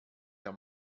der